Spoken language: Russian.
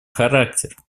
характер